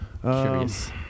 curious